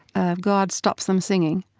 god stops them singing,